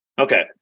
Okay